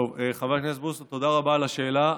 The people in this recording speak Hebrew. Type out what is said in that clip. חבר הכנסת בוסו, תודה רבה על השאלה.